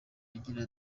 agira